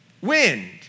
Wind